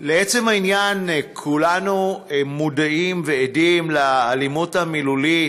לעצם העניין, כולנו מודעים ועדים לאלימות המילולית